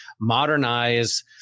modernize